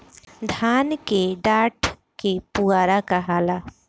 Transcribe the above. धान के डाठ के पुआरा कहाला